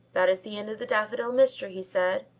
that is the end of the daffodil mystery, he said.